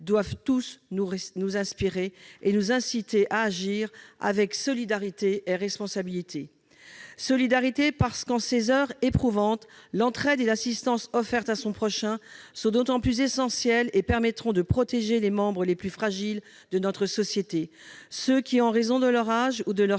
doivent nous inspirer et nous inciter à agir avec solidarité et responsabilité. Avec solidarité, parce qu'en ces heures éprouvantes l'entraide et l'assistance à son prochain sont d'autant plus essentielles. Elles permettront de protéger les membres les plus fragiles de notre société, ceux qui, en raison de leur âge ou de leur